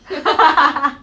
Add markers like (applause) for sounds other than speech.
(laughs)